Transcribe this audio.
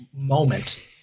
moment